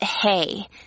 hey